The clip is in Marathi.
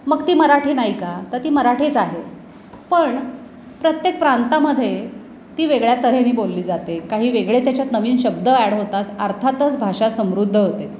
मग ती मराठी नाही का तर ती मराठीच आहे पण प्रत्येक प्रांतामध्ये ती वेगळ्या तऱ्हेने बोलली जाते काही वेगळे त्याच्यात नवीन शब्द ॲड होतात अर्थातच भाषा समृद्ध होते